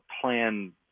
plan